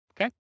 okay